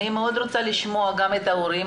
אני רוצה לשמוע נציגים של ההורים,